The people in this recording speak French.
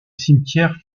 cimetière